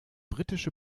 britische